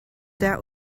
that